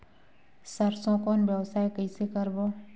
सरसो कौन व्यवसाय कइसे करबो?